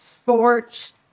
sports